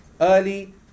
early